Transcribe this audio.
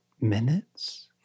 minutes